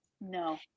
No